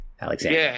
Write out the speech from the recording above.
alexander